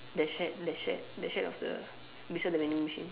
that shirt that shirt that shirt of the beside the vending machine